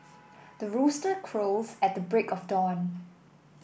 the rooster crows at the break of dawn